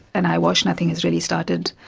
an eyewash, nothing has really started.